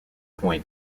point